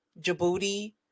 Djibouti